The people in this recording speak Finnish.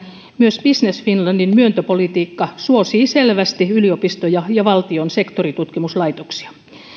myös business finlandin myöntöpolitiikka suosii selvästi yliopistoja ja valtion sektoritutkimuslaitoksia